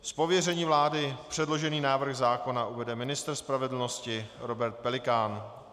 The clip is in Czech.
Z pověření vlády předložený návrh zákona uvede ministr spravedlnosti Robert Pelikán.